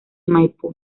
maipú